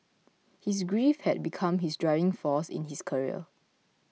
his grief had become his driving force in his career